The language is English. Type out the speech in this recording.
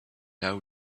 now